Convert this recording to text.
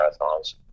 marathons